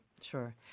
sure